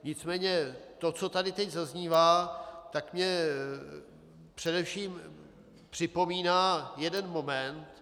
Nicméně to, co tady teď zaznívá, mi především připomíná jeden moment.